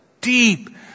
deep